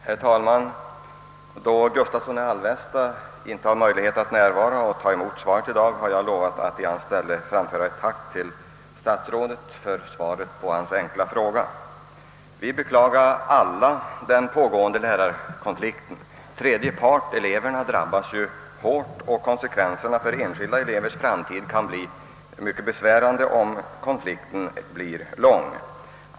Herr talman! Då herr Gustavsson i Alvesta inte har möjlighet att närvara i dag och ta emot svaret, har jag lovat i hans ställe framföra ett tack till statsrådet för svaret på herr Gustavssons enkla fråga. Vi beklagar alla den pågående lärarkonflikten. Tredje man — eleverna — drabbas hårt, och konsekvenserna för enskilda elevers framtid kan bli mycket besvärande, om konflikten blir lång.